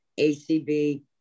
ACB